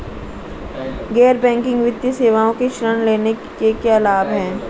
गैर बैंकिंग वित्तीय सेवाओं से ऋण लेने के क्या लाभ हैं?